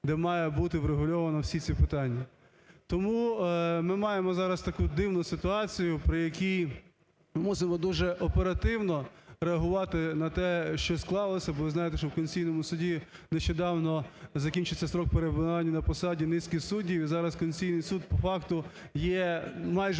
де має бути врегульовано всі ці питання. Тому ми маємо зараз таку дивну ситуацію, при якій мусимо дуже оперативно реагувати на те. що склалося, бо ви знаєте, що у Конституційному Суді нещодавно закінчився строк перебування на посаді низки суддів, і зараз Конституційний Суд по факту є майже